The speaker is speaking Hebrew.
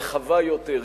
רחבה יותר,